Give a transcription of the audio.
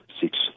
six